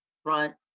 front